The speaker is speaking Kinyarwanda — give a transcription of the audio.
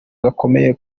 gakomeye